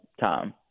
time